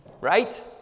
Right